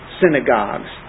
synagogues